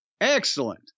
Excellent